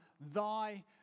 thy